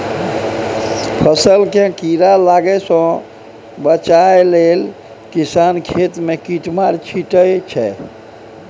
फसल केँ कीड़ा लागय सँ बचाबय लेल किसान खेत मे कीरामार छीटय छै